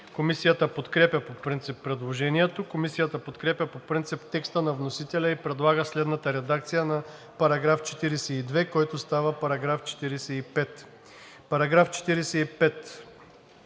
Комисията подкрепя по принцип предложението. Комисията подкрепя по принцип текста на вносителя и предлага следната редакция на § 42, който става § 45: „§ 45.